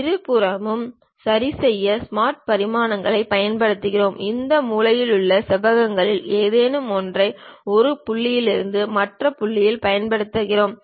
இருபுறமும் சரிசெய்ய ஸ்மார்ட் பரிமாணங்களைப் பயன்படுத்துகிறோம் இந்த மூலையில் உள்ள செவ்வகங்களில் ஏதேனும் ஒன்றை ஒரு புள்ளியில் இருந்து மற்ற புள்ளியில் பயன்படுத்துகிறோம்